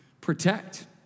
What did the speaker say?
Protect